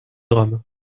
drames